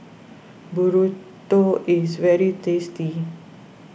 Burrito is very tasty